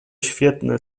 świetne